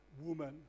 woman